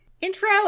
intro